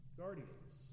guardians